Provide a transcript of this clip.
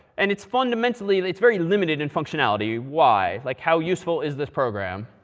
and it's fundamentally it's very limited in functionality. why? like how useful is this program?